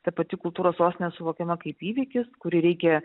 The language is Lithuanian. ta pati kultūros sostinė suvokiama kaip įvykis kurį reikia